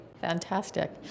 Fantastic